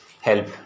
help